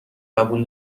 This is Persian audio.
قبول